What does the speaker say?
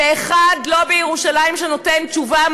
ואף לא אחד בירושלים שנותן תשובה,